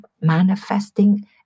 manifesting